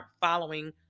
following